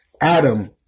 Adam